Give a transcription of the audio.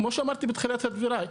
כמו שאמרתי בתחילת דבריי,